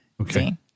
okay